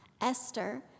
Esther